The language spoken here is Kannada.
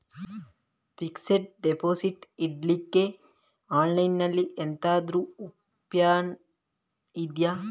ಫಿಕ್ಸೆಡ್ ಡೆಪೋಸಿಟ್ ಇಡ್ಲಿಕ್ಕೆ ಆನ್ಲೈನ್ ಅಲ್ಲಿ ಎಂತಾದ್ರೂ ಒಪ್ಶನ್ ಇದ್ಯಾ?